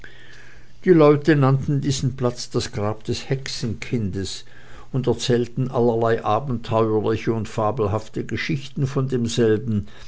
die leute nannten diesen platz das grab des hexenkindes und erzählten allerlei abenteuerliche und fabelhafte geschichten von demselben